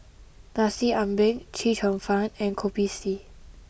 Nasi Ambeng Chee Cheong Fun and Kopi C